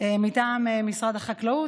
מטעם משרד החקלאות.